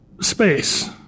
space